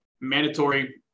mandatory